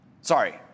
Sorry